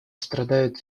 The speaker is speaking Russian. страдают